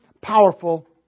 powerful